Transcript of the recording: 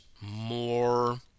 more